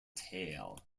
tail